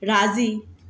राज़ी